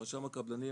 רשם הקבלים,